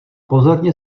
pozorně